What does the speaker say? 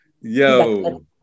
Yo